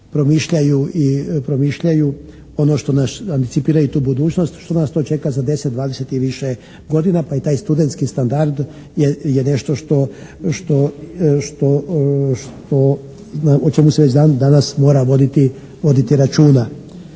moraju da promišljaju ono što, da anticipiraju tu budućnost, što nas to čeka za 10, 20 i više godina pa i taj studentski standard je nešto o čemu se već dan danas mora voditi računa.